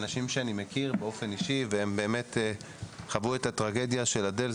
אנשים שאני מכיר באופן אישי והם חוו את הטרגדיה של אדל,